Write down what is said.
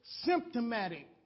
symptomatic